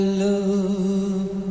love